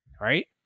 right